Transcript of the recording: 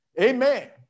Amen